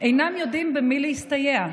אינם יודעים במי להסתייע.